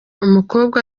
umukobwa